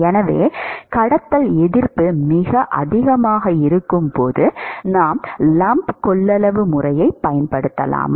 எனவே கடத்தல் எதிர்ப்பு மிக அதிகமாக இருக்கும் போது நாம் லம்ப் கொள்ளளவு முறையைப் பயன்படுத்தலாமா